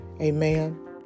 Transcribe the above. Amen